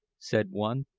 said one,